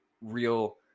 Real